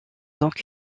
donc